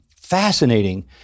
fascinating